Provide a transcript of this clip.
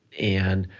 and